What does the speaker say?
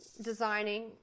designing